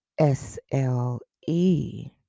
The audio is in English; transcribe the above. SLE